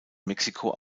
mexiko